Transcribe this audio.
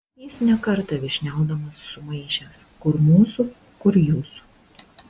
jis ne kartą vyšniaudamas sumaišęs kur mūsų kur jūsų